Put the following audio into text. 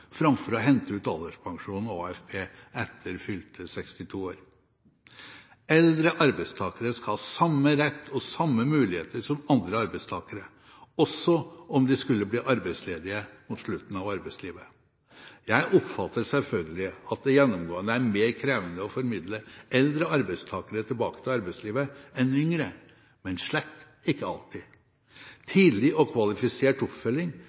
framfor å hente ut alderspensjon, AFP, etter fylte 62 år. Eldre arbeidstakere skal ha samme rett og samme muligheter som andre arbeidstakere, også om de skulle bli arbeidsledige mot slutten av arbeidslivet. Jeg oppfatter selvfølgelig at det gjennomgående er mer krevende å formidle eldre arbeidstakere tilbake til arbeidslivet enn yngre, men slett ikke alltid. Tidlig og kvalifisert oppfølging